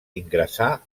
ingressà